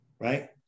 right